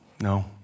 No